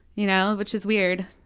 you know which is weird.